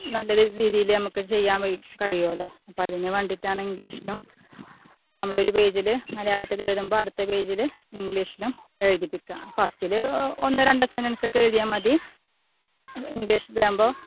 നല്ല രീതിയിൽ നമുക്ക് ചെയ്യാൻ കഴിയുമല്ലോ അപ്പം അതിന് വേണ്ടിയിട്ടാണ് ഇംഗ്ലീഷിലും നമ്മളൊരു പേജിൽ മലയാളത്തിലും എഴുതുമ്പോൾ അടുത്ത പേജിൽ ഇംഗ്ലീഷിലും എഴുതിപ്പിക്കുക ഫസ്റ്റിൽ ഒന്നോ രണ്ടോ സെൻറൻസ് ഒക്കെ എഴുതിയാൽ മതി ഇംഗ്ലീഷിലാവുമ്പോൾ